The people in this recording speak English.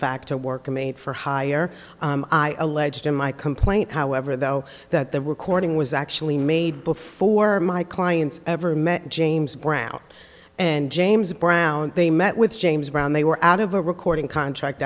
fact a work made for hire i alleged in my complaint however though that the recording was actually made before my clients ever met james brown and james brown they met with james brown they were out of a recording contract